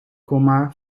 komma